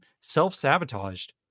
self-sabotaged